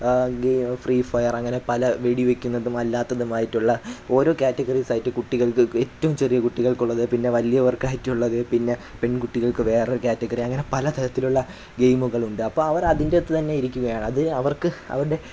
gay ഫ്രീഫയറങ്ങനെ പല വെടിവയ്ക്കുന്നതും അല്ലാത്തതുമായിട്ടുള്ള ഓരോ കാറ്റഗറീസായിട്ട് കുട്ടികൾക്ക് ഏറ്റവും ചെറിയ കുട്ടികൾക്കുള്ളത് പിന്നെ വലിയവർക്ക് ഹൈറ്റുള്ളത് പിന്നെ പെൺകുട്ടികൾക്ക് വേറെ കാറ്റഗറി അങ്ങനെ പല തരത്തിലുള്ള ഗെയിമുകളുണ്ട് അപ്പം അവർ അതിൻ്റകത്തു തന്നെ ഇരിക്കുകയാണ് അത് അവർക്ക് അവരുടെ